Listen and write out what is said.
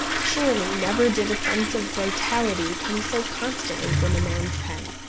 surely never did a sense of vitality come so constantly from a man's pen,